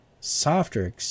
softer